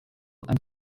and